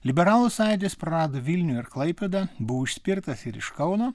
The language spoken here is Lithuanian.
liberalų sąjūdis prarado vilnių ir klaipėda buvo išspirtas ir iš kauno